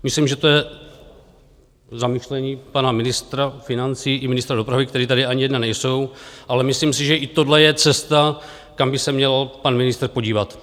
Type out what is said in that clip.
Myslím, že to je k zamyšlení pana ministra financí i ministra dopravy, který tady ani jeden nejsou, ale myslím si, že i tohle je cesta, kam by se měl pan ministr podívat.